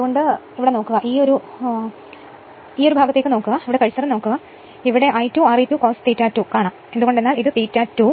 അതിനാൽ ഞാൻ അടയാളപ്പെടുത്താത്ത കഴ്സറിലേക്ക് ഈ ഭാഗം നോക്കുക ഇവിടത്തെ കഴ്സറിലേക്ക് മഷി നോക്കുക I2 Re2 cos ∅2 ആയിരിക്കും കാരണം ഇത് ∅2 ആണ് ഈ ആംഗിൾ ∅2